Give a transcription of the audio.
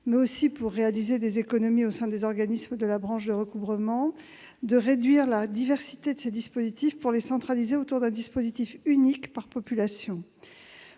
mais aussi pour réaliser des économies au sein des organismes de la branche de recouvrement, de réduire la diversité de ces dispositifs et de les centraliser autour d'un système unique par population.